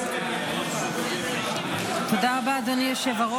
תודה גם לך.